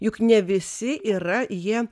juk ne visi yra jie